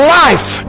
life